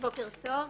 בוקר טוב.